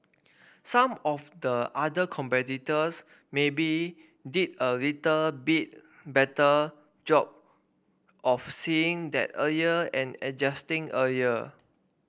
some of the other competitors maybe did a little bit better job of seeing that earlier and adjusting earlier